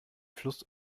fluss